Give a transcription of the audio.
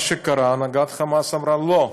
מה שקרה, הנהגת "חמאס" אמרה: לא,